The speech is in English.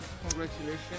Congratulations